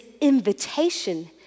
invitation